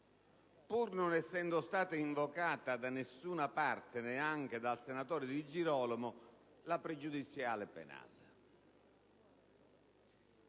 pur non essendo stata invocata da nessuna parte, neanche dal senatore Di Girolamo, la pregiudiziale penale.